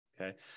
Okay